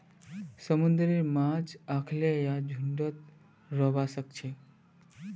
समुंदरेर माछ अखल्लै या झुंडत रहबा सखछेक